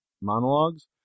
monologues